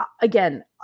again